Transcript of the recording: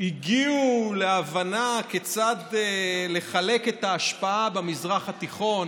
שהגיעו להבנה כיצד לחלק את ההשפעה במזרח התיכון.